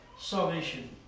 salvation